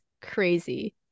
crazy